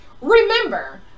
Remember